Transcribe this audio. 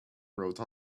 wrote